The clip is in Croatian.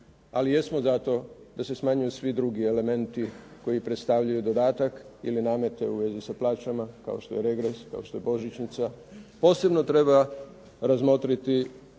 ali jesmo za to da se smanjuju svi drugi elementi koji predstavljaju dodatak ili namete u vezi sa plaćama kao što je regres, kao što je božićnica. Posebno treba razmotriti